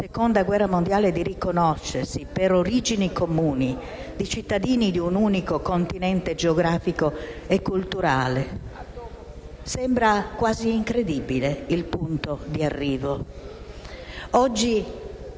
fondatori di riconoscersi per origini comuni cittadini di un unico continente geografico e culturale? Sembra quasi incredibile il punto di arrivo. Oggi